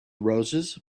roses